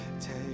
take